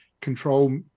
control